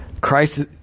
Christ